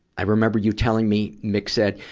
i remember you telling me mick said,